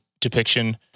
depiction